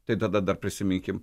tai tada dar prisiminkim